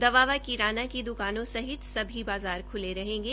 दवा व किराना की द्वकानों सहित सभी बाज़ार ख्ले रहेंगे